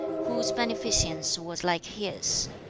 whose beneficence was like his?